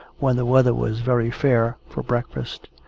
when the weather was very fair, for breakfast.